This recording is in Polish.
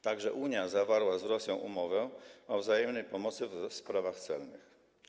Także Unia zawarła z Rosją umowę o wzajemnej pomocy w sprawach celnych.